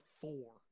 four